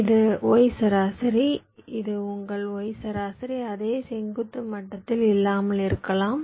இது y சராசரி இது உங்கள் y சராசரி அதே செங்குத்து மட்டத்தில் இல்லாமல் இருக்கலாம்